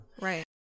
Right